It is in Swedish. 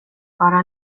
bara